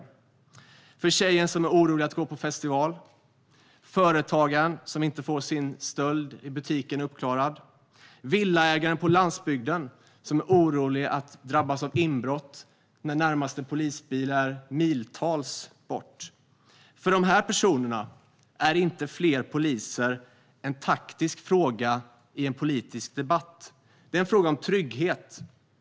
Det är tjejen som är orolig för att gå på festival, företagaren som inte får sin stöld i butiken uppklarad och villaägaren på landsbygden som är orolig att drabbas av inbrott när närmaste polisbil är miltals bort. För dessa personer är fler poliser inte en taktisk fråga i en politisk debatt. Det är en fråga om trygghet.